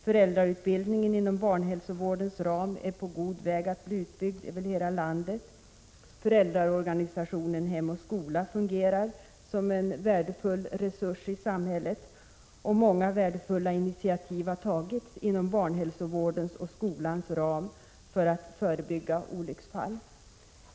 Föräldrautbildning inom barnhälsovårdens ram är på god väg att bli utbyggd över hela landet. Föräldraorganisationen Hem och skola fungerar som en värdefull resurs inom skolans värld. Många värdefulla initiativ har tagits inom barnhälsovårdens och skolans ram för att förebygga olycksfall.